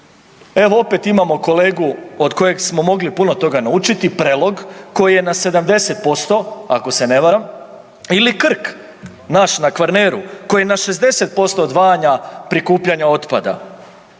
Evo, opet imamo kolegu od kojeg smo mogli puno toga naučiti, Prelog, koji je na 70%, ako se ne varam ili Krk naš na Kvarneru koji je na 60% odvajanja prikupljanja otpada.